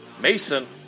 Mason